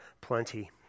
plenty